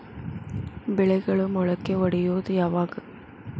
ಬೆಳೆಗಳು ಮೊಳಕೆ ಒಡಿಯೋದ್ ಯಾವಾಗ್?